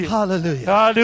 Hallelujah